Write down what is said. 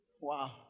Wow